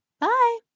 Bye